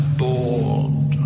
bored